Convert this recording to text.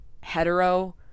hetero